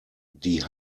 die